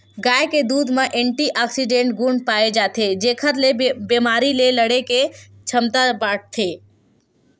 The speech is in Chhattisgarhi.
गाय के दूद म एंटीऑक्सीडेंट गुन पाए जाथे जेखर ले बेमारी ले लड़े के छमता बाड़थे